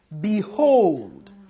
Behold